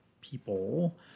people